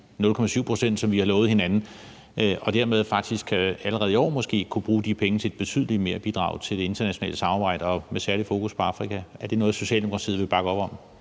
0,7 pct., som vi har lovet hinanden, og dermed faktisk allerede i år måske kunne bruge de penge til et betydeligt merbidrag til det internationale samarbejde med særligt fokus på Afrika? Er det noget, Socialdemokratiet vil bakke op om?